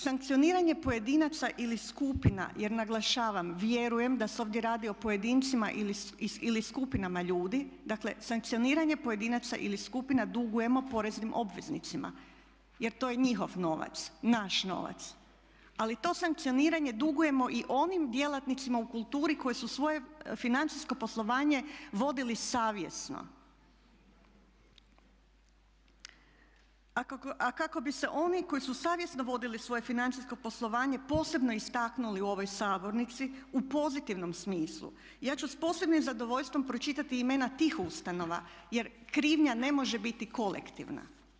Sankcioniranje pojedinaca ili skupina jer naglašavam vjerujem da se ovdje radi o pojedincima ili skupinama ljudi, dakle sankcioniranje pojedinaca ili skupina dugujemo poreznim obveznicima jer to je njihov novac, naš novac ali to sankcioniranje dugujemo i onim djelatnicima u kulturi koji su svoje financijsko poslovanje vodili savjesno, a kako bi se oni koji su savjesno vodili svoje financijsko poslovanje posebno istaknuli u ovoj sabornici u pozitivnom smislu ja ću s posebnim zadovoljstvom pročitati imena tih ustanova jer krivnja ne može biti kolektivna.